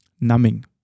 Numbing